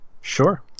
Sure